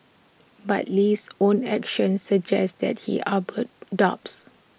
but Lee's own actions suggest that he harboured doubts